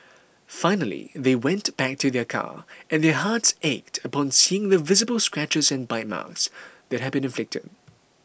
finally they went back to their car and their hearts ached upon seeing the visible scratches and bite marks that had been inflicted